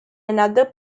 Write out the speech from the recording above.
another